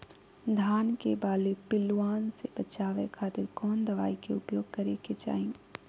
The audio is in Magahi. धान के बाली पिल्लूआन से बचावे खातिर कौन दवाई के उपयोग करे के चाही?